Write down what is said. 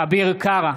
אביר קארה,